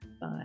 Bye